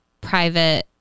private